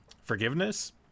forgiveness